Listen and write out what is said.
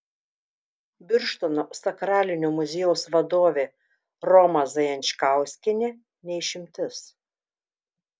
birštono sakralinio muziejaus vadovė roma zajančkauskienė ne išimtis